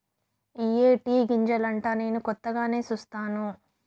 ఇయ్యే టీ గింజలంటా నేను కొత్తగానే సుస్తాను